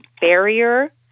barrier